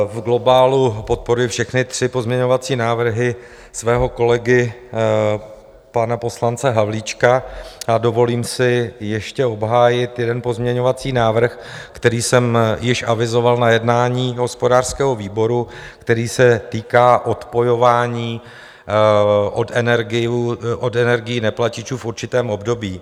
V globálu podporuji všechny tři pozměňovací návrhy svého kolegy pana poslance Havlíčka a dovolím si ještě obhájit jeden pozměňovací návrh, který jsem již avizoval na jednání hospodářského výboru, který se týká odpojování od energií neplatičů v určitém období.